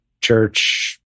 church